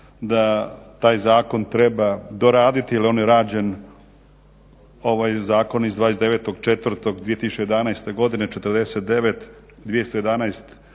da taj zakon treba doraditi, jer on je rađen, ovaj zakon iz 29.4.2011. godine 49/2011.